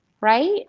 right